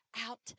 out